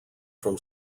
from